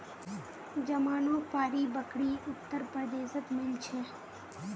जमानुपारी बकरी उत्तर प्रदेशत मिल छे